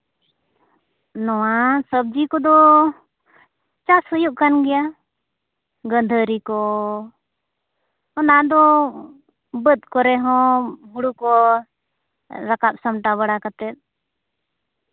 ᱱᱚᱣᱟ ᱥᱚᱵᱽᱡᱤ ᱠᱚᱫᱚ ᱪᱟᱥ ᱦᱩᱭᱩᱜ ᱠᱟᱱ ᱜᱮᱭᱟ ᱜᱟᱹᱫᱷᱟᱹᱨᱤ ᱠᱚ ᱚᱱᱟᱫᱚ ᱵᱟᱹᱫᱽ ᱠᱚᱨᱮ ᱦᱚᱸ ᱦᱳᱲᱳ ᱠᱚ ᱨᱟᱠᱟᱵᱽ ᱥᱟᱢᱴᱟᱣ ᱵᱟᱲᱟ ᱠᱟᱛᱮ